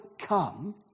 come